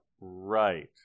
Right